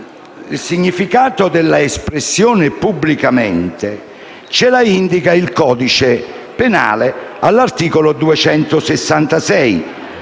il significato dell'espressione «pubblicamente» ce lo indica il codice penale all'articolo 266,